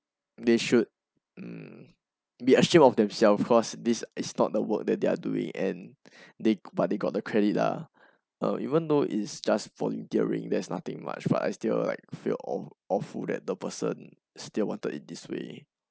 they should mm be ashamed of themselves cause this is not the work that they're doing and they but they got the credit lah even though it's just volunteering there's nothing much but I still like feel awful that the person still wanted it this way